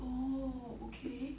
oh okay